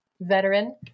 veteran